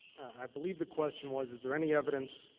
i believe the question was is there any evidence